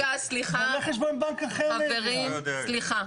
חברים, סליחה.